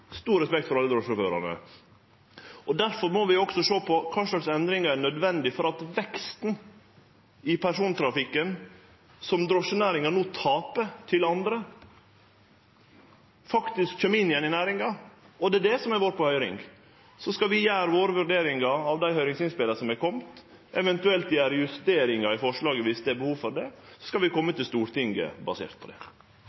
stor respekt for alle drosjesjåførane. Difor må vi sjå på kva slags endringar som er nødvendige for at veksten i persontrafikken som drosjenæringa no tapar til andre, faktisk kjem inn igjen i næringa, og det er det som har vore på høyring. Så skal vi gjere våre vurderingar av dei høyringsinnspela som er komne, eventuelt gjere justeringar i forslaget viss det er behov for det, og så skal vi